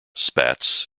spats